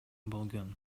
болгон